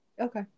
Okay